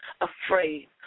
afraid